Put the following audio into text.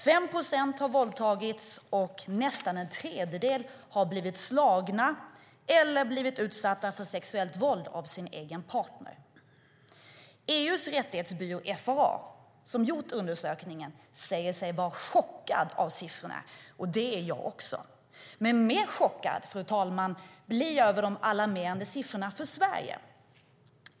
5 procent har våldtagits, och nästan en tredjedel har blivit slagna eller blivit utsatta för sexuellt våld av sin egen partner. EU:s rättighetsbyrå FRA, som gjort undersökningen, säger sig vara chockad av siffrorna. Det är jag också. Men mer chockad, fru talman, blir jag över de alarmerande siffrorna för Sverige.